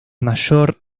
mayor